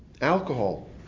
alcohol